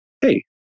hey